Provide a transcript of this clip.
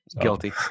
Guilty